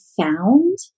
found